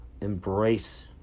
Embrace